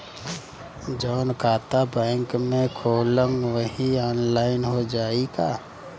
जवन खाता बैंक में खोलम वही आनलाइन हो जाई का?